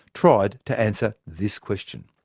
tried to answer this question.